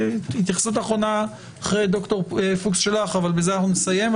התייחסות אחרונה שלך אחרי ד"ר פוקס, ובזה נסיים.